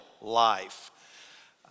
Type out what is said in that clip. life